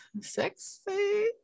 sexy